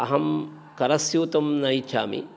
अहं करस्यूतं न इच्छामि